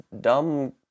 dumb